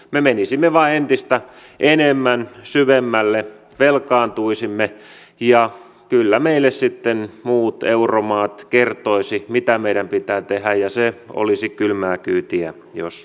me menisimme vain entistä enemmän syvemmälle velkaantuisimme ja kyllä meille sitten muut euromaat kertoisivat mitä meidän pitää tehdä ja se olisi kylmää kyytiä jos jokin